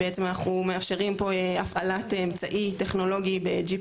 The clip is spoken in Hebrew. אנחנו מאפשרים פה הפעלת אמצעי טכנולוגי GPS